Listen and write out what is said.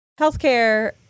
healthcare